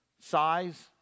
Size